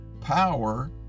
power